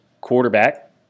Quarterback